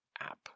app